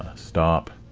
stop.